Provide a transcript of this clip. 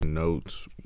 notes